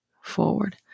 forward